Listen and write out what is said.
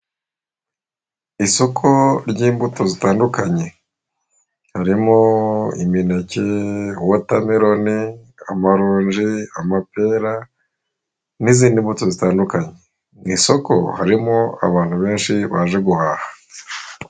Isoko ry'imbuto zitandukanye harimo imineke, wotameroni, amaronji, amapera n'izindi mbuto zitandukanye mu isoko harimo abantu benshi baje guhaha.